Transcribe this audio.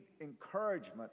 encouragement